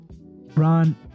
Ron